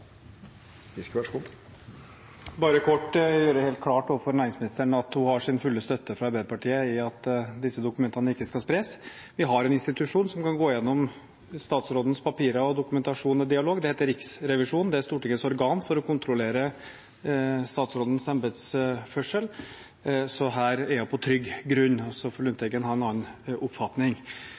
bare kort gjøre det helt klart overfor næringsministeren at hun har full støtte fra Arbeiderpartiet for at disse dokumentene ikke skal spres. Vi har en institusjon som kan gå gjennom statsrådens papirer, dokumentasjon og dialog. Den heter Riksrevisjonen, og det er Stortingets organ for å kontrollere statsrådens embetsførsel, så her er hun på trygg grunn. Så får Lundteigen ha en annen oppfatning.